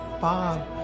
Bob